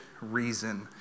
reason